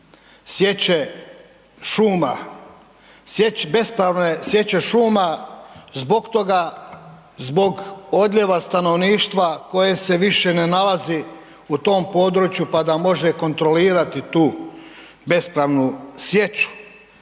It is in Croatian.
sječe šuma, bespravne sječe šuma zbog toga, zbog odljeva stanovništva koje se više ne nalazi u tom području pa da može kontrolirati tu bespravnu sječu.